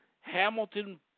Hamilton